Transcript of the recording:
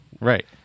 Right